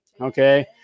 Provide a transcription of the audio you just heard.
okay